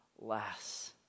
less